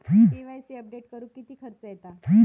KYC update करुक किती खर्च येता?